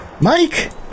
Mike